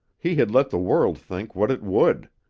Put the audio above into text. he had let the world think what it would.